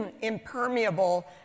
impermeable